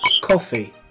Coffee